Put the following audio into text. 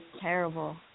terrible